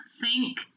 Think-